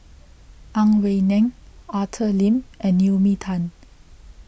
Ang Wei Neng Arthur Lim and Naomi Tan